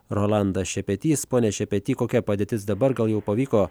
rolandas šepetys pone šepety kokia padėtis dabar gal jau pavyko